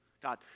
God